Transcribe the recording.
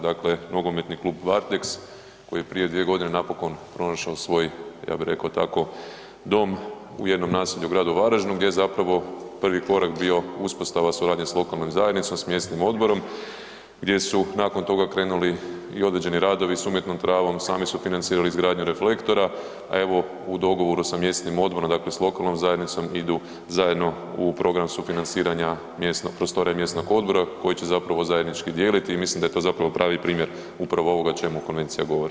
Dakle, Nogometni klub Varteks koji je prije 2 godine napokon pronašao svoj ja bi rekao tako dom u jednom naselju u gradu Varaždinu gdje je zapravo prvi korak bio uspostava suradnje s lokalnom zajednicom, s mjesnim odborom gdje su nakon toga krenuli i određeni radovi s umjetnom travom, sami su financirali izgradnju reflektora, a evo u dogovoru sa mjesnim odborom, dakle sa lokalnom zajednicom idu zajedno u program sufinanciranja prostorija mjesnog odbora koji će zapravo zajednički dijeliti i mislim da je to zapravo pravi primjer upravo ovoga o čemu konvencija govori.